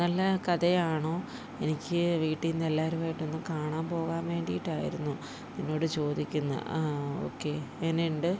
നല്ല കഥയാണോ എനിക്ക് വീട്ടീന്ന് എല്ലാവരും ആയിട്ടൊന്ന് കാണാൻ പോകാൻ വേണ്ടിയിട്ട് ആയിരുന്നു നിന്നോട് ചോദിക്കുന്നത് ആ ഓക്കെ എങ്ങനെയുണ്ട്